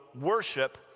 worship